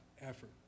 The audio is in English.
effort